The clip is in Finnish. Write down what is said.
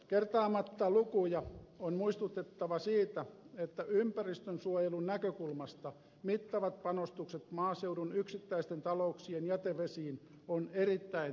kertaamatta lukuja on muistutettava siitä että ympäristönsuojelun näkökulmasta mittavat panostukset maaseudun yksittäisten talouksien jätevesiin ovat erittäin tehottomia